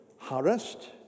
harassed